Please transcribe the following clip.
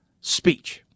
speech